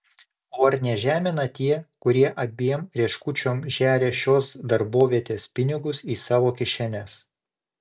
o ar nežemina tie kurie abiem rieškučiom žeria šios darbovietės pinigus į savo kišenes